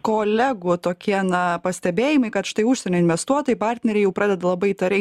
kolegų tokie na pastebėjimai kad štai užsienio investuotojai partneriai jau pradeda labai įtariai